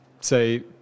say